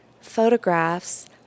photographs